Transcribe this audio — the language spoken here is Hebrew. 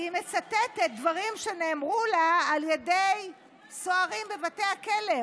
והיא מצטטת דברים שנאמרו לה על ידי סוהרים בבתי הכלא.